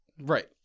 Right